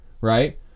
right